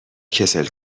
کسل